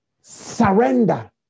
surrender